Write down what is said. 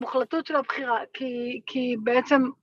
מוחלטות של הבחירה, כי בעצם...